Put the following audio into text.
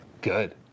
Good